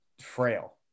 frail